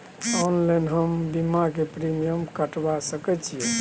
Online हम बीमा के प्रीमियम कटवा सके छिए?